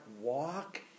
walk